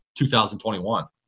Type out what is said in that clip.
2021